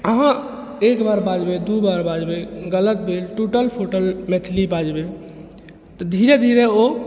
अहाँ एक बेर बाजबै दू बेर बाजबै गलत भेल टुटल फुटल मैथिली बाजबै तऽ धीरे धीरे ओ